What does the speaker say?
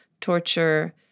torture